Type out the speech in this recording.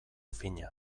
fina